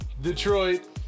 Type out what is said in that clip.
Detroit